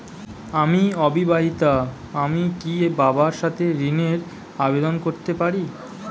আমি অবিবাহিতা আমি কি বাবার সাথে ঋণের আবেদন করতে পারি?